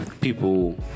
People